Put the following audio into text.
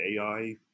AI